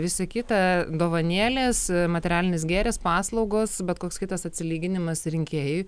visa kita dovanėlės materialinis gėris paslaugos bet koks kitas atsilyginimas rinkėjui